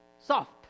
soft